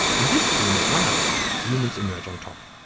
in this scheme, at last, humans emerge on top,